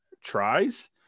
tries